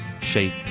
shape